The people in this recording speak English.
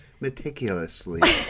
Meticulously